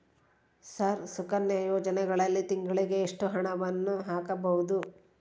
Sir Sukanya ಯೋಜನೆಯಲ್ಲಿ ತಿಂಗಳಿಗೆ ಎಷ್ಟು ಹಣವನ್ನು ಹಾಕಬಹುದು?